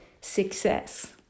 success